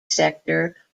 sector